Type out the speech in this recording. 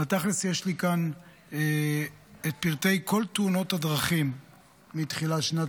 בתכלס יש לי כאן את פרטי כל תאונות הדרכים מתחילת שנת